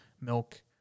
milk